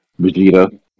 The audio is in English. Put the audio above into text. Vegeta